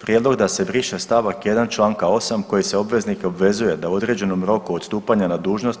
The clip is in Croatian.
Prijedlog da se briše st. 1. čl. 8. kojim se obveznike obvezuje da u određenom roku od stupanja na dužnost